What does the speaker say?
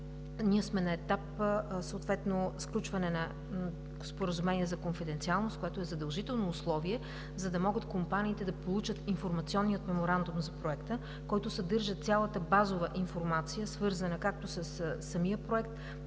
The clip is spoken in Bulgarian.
сме на етап съответно сключване на споразумение за конфиденциалност, което е задължително условие, за да могат компаниите да получат Информационния меморандум за Проекта, който съдържа цялата базова информация, свързана както със самия проект,